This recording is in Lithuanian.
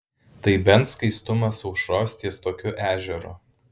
tai bent skaistumas aušros ties tokiu ežeru